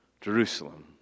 Jerusalem